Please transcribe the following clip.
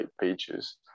pages